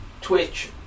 Twitch